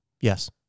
Yes